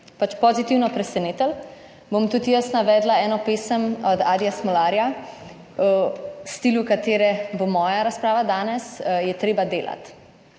pozitivno presenetili, bom tudi jaz navedla eno pesem od Adija Smolarja, v stilu katere bo moja razprava danes, Je treba delati.